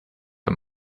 für